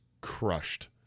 crushed